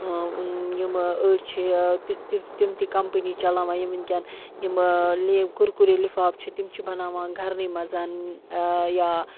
یِمہٕ أڑۍ چھِ یہِ تِتھ تِم تہِ کَمپٔنی چلاوان یِم وٕنۍکٮ۪ن یِمہٕ لے کُرکُرے لِفاف چھِ تِم چھِ بناوان گَرنٕے منٛز یا